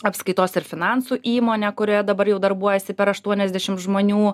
apskaitos ir finansų įmonę kurioje dabar jau darbuojasi per aštuoniasdešim žmonių